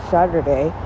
Saturday